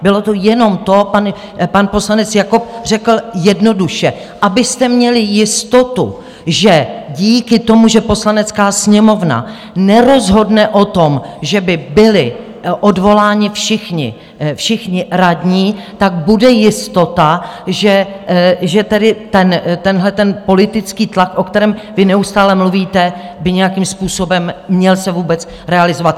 Bylo to jenom to, že pan poslanec Jakob řekl jednoduše, abyste měli jistotu, že díky tomu, že Poslanecká sněmovna nerozhodne o tom, že by byli odvoláni všichni radní, tak bude jistota, že tedy tenhleten politický tlak, o kterém vy neustále mluvíte, by nějakým způsobem se měl vůbec realizovat.